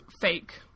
fake